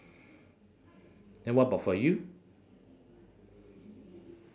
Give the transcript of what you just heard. then what about for you